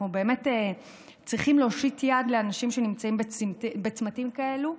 אנחנו באמת צריכים להושיט יד לאנשים שנמצאים בצמתים כאלה.